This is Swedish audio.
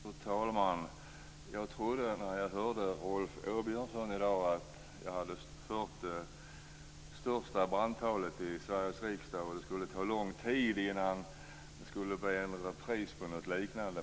Fru talman! Jag trodde när jag hörde Rolf Åbjörnsson i dag att jag hade hört det största brandtalet i Sveriges riksdag och att det skulle ta lång tid innan det skulle bli ett pris för något liknande.